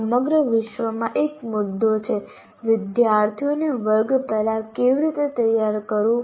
આ સમગ્ર વિશ્વમાં એક મુદ્દો છે વિદ્યાર્થીઓને વર્ગ પહેલા કેવી રીતે તૈયાર કરવું